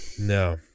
No